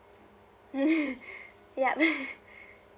ya